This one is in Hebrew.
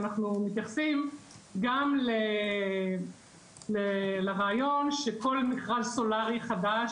אנחנו מתייחסים גם לרעיון שלכל מכרז סולארי חדש,